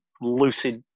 lucid